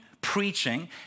preaching